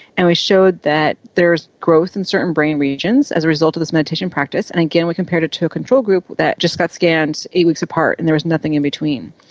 and we showed that there is growth in certain brain regions as a result of this meditation practice. and again, we compared it to a control group that just got scanned eight weeks apart and there was nothing in between.